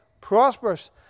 prosperous